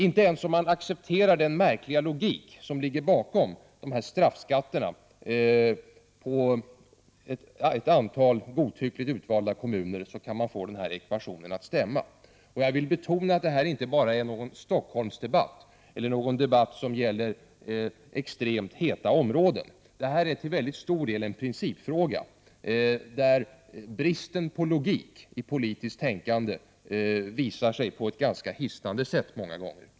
Inte ens om man accepterar den märkliga logik som ligger bakom dessa straffskatter på ett antal godtyckligt utvalda kommuner kan man få ekvationen att stämma. Jag vill betona att detta inte bara är en Stockholmsdebatt eller en debatt som gäller extremt heta områden. Det här är till mycket stor del en principfråga, där bristen på logik i politiskt tänkande visar sig på ett ganska hisnande sätt i många fall.